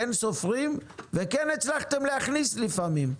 כן סופרים וכן הצלחתם להכניס לפעמים,